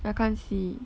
I can't see